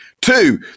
Two